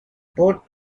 port